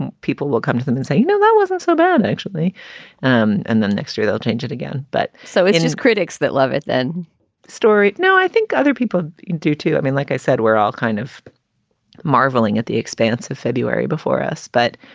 and people will come to them and say, you know, that wasn't so bad, and actually um and then next year they'll change it again. but so it it is critics that love it then story. now, i think other people do, too. i mean, like i said, we're all kind of marveling at the expanse of february before us. but,